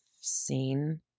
seen